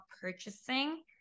purchasing